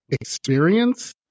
experience